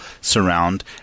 surround